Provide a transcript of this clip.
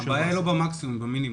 הבעיה היא לא במקסימום אלא במינימום.